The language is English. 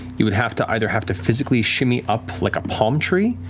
you would have to either have to physically shimmy up like a palm tree,